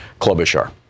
Klobuchar